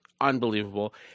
unbelievable